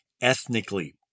ethnically